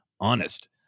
honest